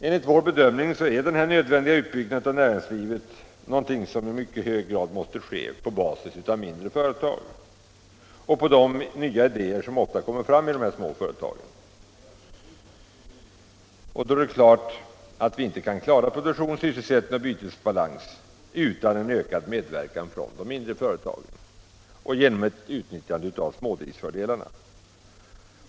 Enligt vår bedömning är den nödvändiga utbyggnaden av näringslivet någonting som i mycket hög grad måste ske på basis av mindre företag och på de nya idéer som ofta kommer fram i de små företagen. Likaså är det klart att vi inte kan klara produktion, sysselsättning och bytesbalans utan en ökad medverkan från de mindre företagen och ett utnyttjande av smådriftens fördelar.